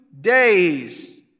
days